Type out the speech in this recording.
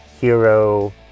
Hero